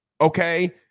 okay